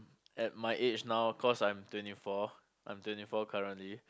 at my age now cause I'm twenty four I'm twenty four currently